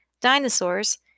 dinosaurs